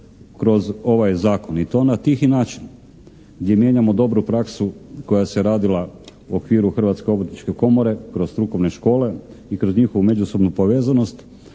kroz ovaj zakon i to na tihi način gdje mijenjamo dobru praksu koja se radila u okviru Hrvatske obrtničke komore kroz strukovne škole i kroz njihovu međusobnu povezanost.